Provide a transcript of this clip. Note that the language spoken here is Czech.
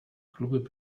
klub